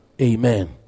amen